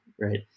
right